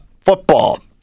Football